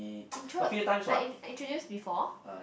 intro I in~ introduce before